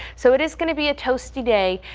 so it is going to be a toasty day.